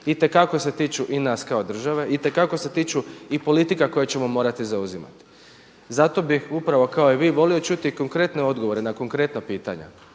itekako se tiču i nas kao države, itekako se tiču i politika koje ćemo morati zauzimati. Zato bih upravo kao i vi volio čuti konkretne odgovore na konkretna pitanja